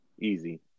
easy